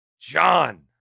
John